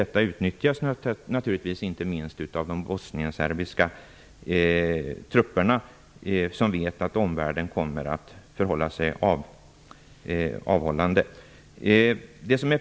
Detta utnyttjas naturligtvis inte minst av de bosnienserbiska trupperna som vet att omvärlden kommer att förhålla sig avvaktande.